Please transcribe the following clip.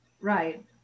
Right